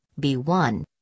B1